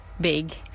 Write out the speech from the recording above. big